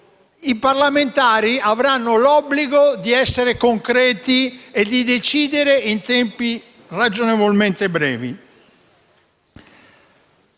I parlamentari avranno l'obbligo di essere concreti e decidere in tempi ragionevolmente brevi.